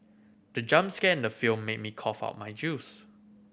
the jump scare in the film made me cough out my juice